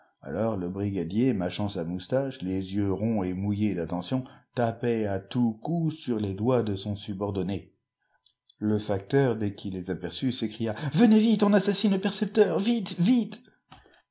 alors le brigadier mâchant sa moustache les yeux ronds et mouillés d'attention tapait à tous coups sur les doigts de son subordonné le facteur dès qu'il les aperçut s'écria venez vite on assassine le percepteur vite vite